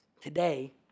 today